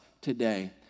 today